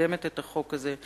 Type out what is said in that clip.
שמקדמת את החוק הזה.